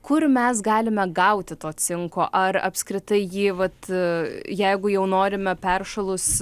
kur mes galime gauti to cinko ar apskritai jį vat jeigu jau norime peršalus